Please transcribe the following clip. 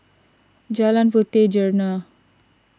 Jalan Puteh Jerneh